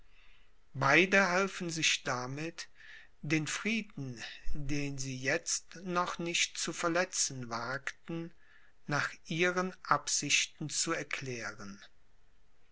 beide halfen sich damit den frieden den sie jetzt noch nicht zu verletzen wagten nach ihren absichten zu erklären